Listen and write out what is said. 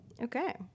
Okay